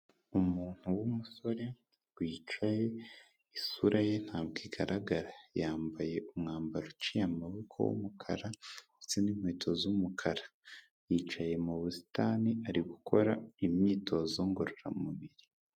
Umuntu w'umusore wicaye isura ye ntabwo igaragara, yambaye umwambaro uciye amaboko w'umukara ndetse n'inkweto z'umukara, yicaye mu busitani ari gukora imyitozo ngororamubiri.